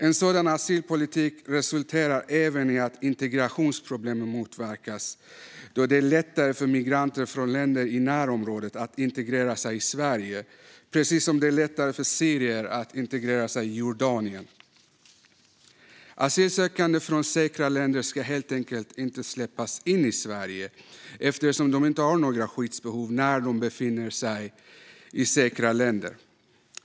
En sådan asylpolitik resulterar även i att integrationsproblemen motverkas, då det är lättare för migranter från länder i närområdet att integrera sig i Sverige, precis som det är lättare för syrier att integrera sig i Jordanien. Asylsökande från säkra länder ska helt enkelt inte släppas in i Sverige, eftersom de inte har några skyddsbehov när de befinner sig i säkra länder.